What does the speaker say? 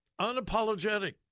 Unapologetic